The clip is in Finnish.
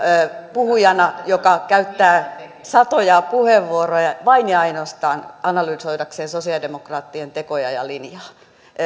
puhujana joka käyttää satoja puheenvuoroja vain ja ainoastaan analysoidakseen sosialidemokraattien tekoja ja linjaa